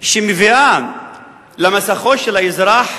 שמביאה למסכו של האזרח